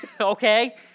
okay